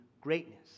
greatness